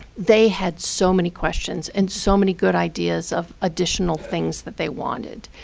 they had so many questions, and so many good ideas of additional things that they wanted